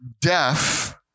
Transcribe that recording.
deaf